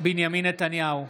בנימין נתניהו,